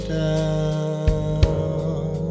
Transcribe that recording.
down